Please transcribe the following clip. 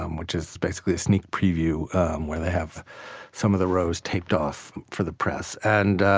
um which is basically a sneak preview where they have some of the rows taped off for the press. and